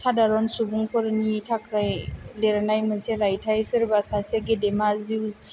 साधारन सुबुंफोरनि थाखाय लिरनाय मोनसे रायथाइ सोरबा सासे गेदेमा जिउ